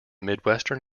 midwestern